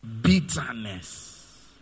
Bitterness